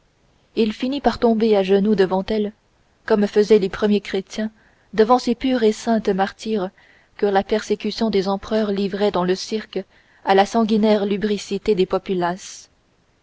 il finit par tomber à genoux devant elle comme faisaient les premiers chrétiens devant ces pures et saintes martyres que la persécution des empereurs livrait dans le cirque à la sanguinaire lubricité des populaces